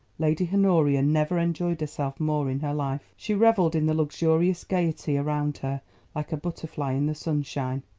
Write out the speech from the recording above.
lady honoria never enjoyed herself more in her life. she revelled in the luxurious gaiety around her like a butterfly in the sunshine.